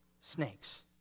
snakes